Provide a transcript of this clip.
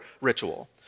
ritual